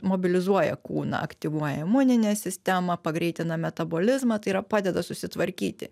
mobilizuoja kūną aktyvuoja imuninę sistemą pagreitina metabolizmą tai yra padeda susitvarkyti